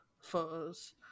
photos